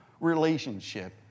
relationship